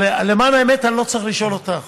אבל למען האמת אני לא צריך לשאול אותך,